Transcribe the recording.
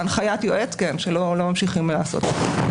כן, הנחיית יועץ שלא ממשיכים לעשות את זה.